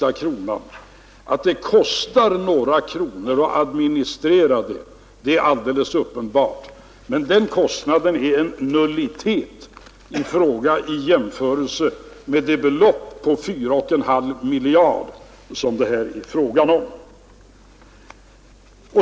Att det kostar några kronor att administrera det hela är alldeles uppenbart, men den kostnaden är en nullitet i jämförelse med det totala belopp, 4,5 miljarder, som det här är fråga om.